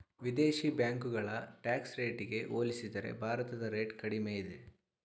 ವಿದೇಶಿ ಬ್ಯಾಂಕುಗಳ ಟ್ಯಾಕ್ಸ್ ರೇಟಿಗೆ ಹೋಲಿಸಿದರೆ ಭಾರತದ ರೇಟ್ ಕಡಿಮೆ ಇದೆ